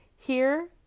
Here